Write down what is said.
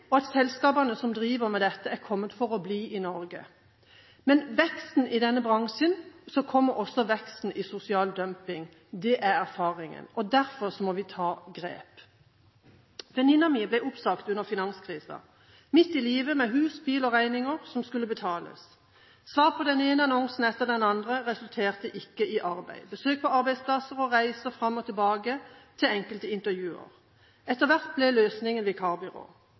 og at selskapene som driver med dette, er kommet for å bli i Norge. Med veksten i denne bransjen kommer også veksten i sosial dumping. Det er erfaringen, og derfor må vi ta grep. Min venninne ble oppsagt under finanskrisen – midt i livet, med hus, bil og regninger som skulle betales. Selv om hun svarte på den ene annonsen etter den andre, resulterte det ikke i arbeid. Det ble besøk på arbeidsplasser og reiser fram og tilbake til enkelte intervjuer. Etter hvert ble løsningen vikarbyrå.